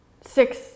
six